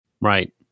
Right